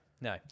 no